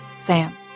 Sam